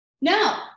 No